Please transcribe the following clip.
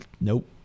Nope